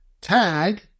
tag